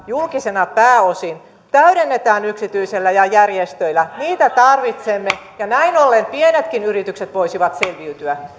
julkisena pääosin täydennetään yksityisillä ja järjestöillä niitä tarvitsemme ja näin ollen pienetkin yritykset voisivat selviytyä